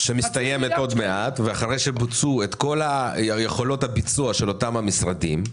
שמסתיימת עוד מעט ואחרי שבוצעו כל יכולות הביצוע של אותם המשרדים,